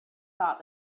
thought